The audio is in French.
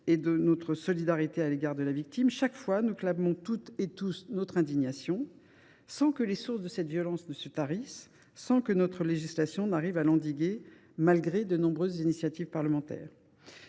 et de notre solidarité à l’égard de la victime. Chaque fois, nous clamons toutes et tous notre indignation, sans que les sources de cette violence se tarissent, sans que notre législation arrive à l’endiguer, malgré de nombreuses initiatives parlementaires.